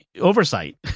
oversight